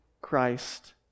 Christ